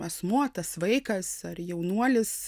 asmuo tas vaikas ar jaunuolis